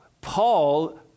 paul